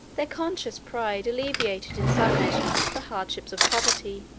their conscious pride alleviated in some measure, the hardships of poverty